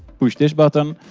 push this button.